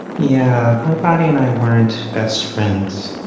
yeah, my body and i weren't best friends.